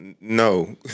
no